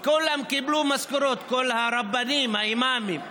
כולם קיבלו משכורות, כל הרבנים, האימאמים,